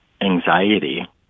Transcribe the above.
anxiety